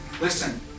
listen